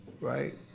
right